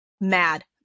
Mad